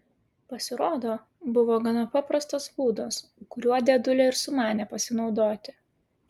pasirodo buvo gana paprastas būdas kuriuo dėdulė ir sumanė pasinaudoti